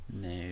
No